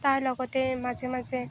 তাৰ লগতে মাজে মাজে